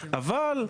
אבל,